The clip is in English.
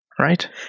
Right